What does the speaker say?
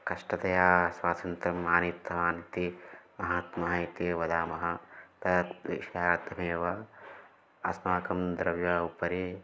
कष्टतया स्वातन्त्रम् आनीतवानिति महात्मा इति वदामः तद् विषयात्तमेव अस्माकं द्रव्यस्य उपरि